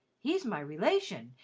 he's my relation,